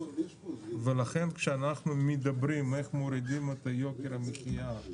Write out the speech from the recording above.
לכן כשאנחנו מדברים על איך מורידים את יוקר המחיה,